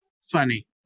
funny